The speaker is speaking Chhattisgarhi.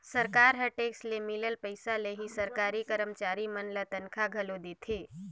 सरकार ह टेक्स ले मिलल पइसा ले ही सरकारी करमचारी मन ल तनखा घलो देथे